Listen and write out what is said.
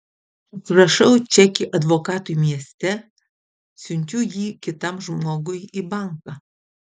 išrašau čekį advokatui mieste siunčiu jį kitam žmogui į banką